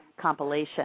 compilation